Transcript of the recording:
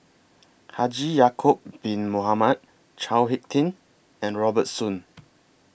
Haji Ya'Acob Bin Mohamed Chao Hick Tin and Robert Soon